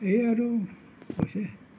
এই আৰু হৈছে